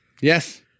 Yes